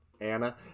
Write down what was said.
Anna